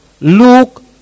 Luke